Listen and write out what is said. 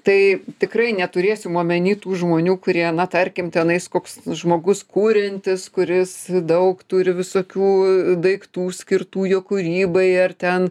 tai tikrai neturėsim omeny tų žmonių kurie na tarkim tenais koks žmogus kuriantis kuris daug turi visokių daiktų skirtų jo kūrybai ar ten